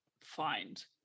find